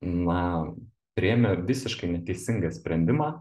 na priemi visiškai neteisingą sprendimą